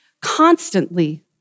constantly